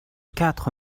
quatre